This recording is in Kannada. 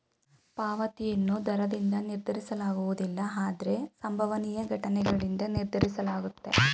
ಪಾವತಿಯನ್ನು ದರದಿಂದ ನಿರ್ಧರಿಸಲಾಗುವುದಿಲ್ಲ ಆದ್ರೆ ಸಂಭವನೀಯ ಘಟನ್ಗಳಿಂದ ನಿರ್ಧರಿಸಲಾಗುತ್ತೆ